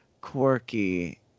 quirky